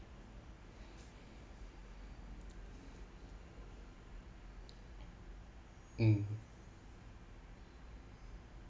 mm